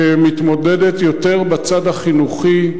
שמתמודדת יותר עם הצד החינוכי,